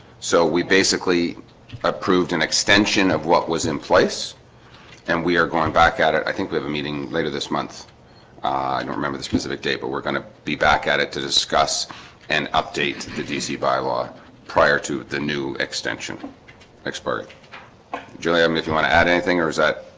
so we basically approved an extension of what was in place and we are going back at it. i think we have a meeting later this month i don't remember the specific date but we're gonna be back at it to discuss and update the dc bylaw prior to the new extension expert jillian um if you want to add anything or is that